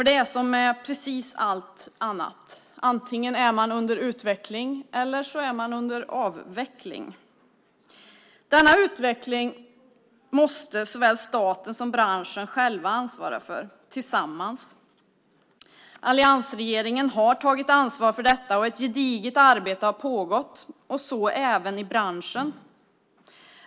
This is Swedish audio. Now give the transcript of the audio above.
Det är som med allt annat: Antingen är man under utveckling eller också är man under avveckling. Denna utveckling måste staten och branschen själva ansvara för tillsammans. Alliansregeringen har tagit ansvar för detta och ett gediget arbete har pågått, så även i branschen.